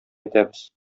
итәбез